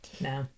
No